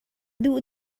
duh